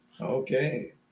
Okay